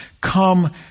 come